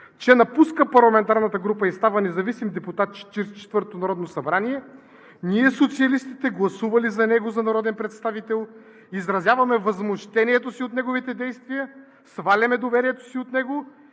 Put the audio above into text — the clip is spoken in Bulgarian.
че напуска парламентарната група и става независим депутат в Четиридесет и четвъртото народно събрание, ние социалистите гласували за него за народен представител изразяваме възмущението си от неговите действия, сваляме доверието си от него